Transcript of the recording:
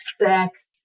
sex